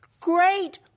Great